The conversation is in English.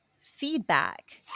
feedback